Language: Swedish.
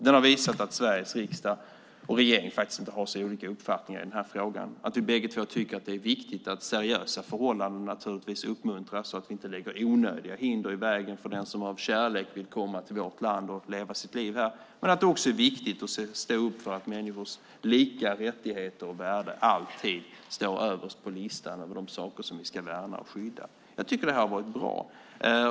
Den har visat att Sveriges riksdag och regering faktiskt inte har så olika uppfattningar i frågan och att vi båda två tycker att det är viktigt att seriösa förhållanden naturligtvis uppmuntras så att vi inte lägger onödiga hinder i vägen för den som av kärlek vill komma till vårt land och leva sitt liv här, men att det också är viktigt att stå upp för att människors lika rättigheter och värde alltid står överst på listan över de saker som vi ska värna och skydda. Jag tycker att detta har varit bra.